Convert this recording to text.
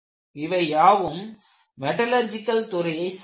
இவையாவும் மெட்டலர்ஜிகள் துறை சார்ந்தவை